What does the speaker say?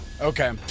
Okay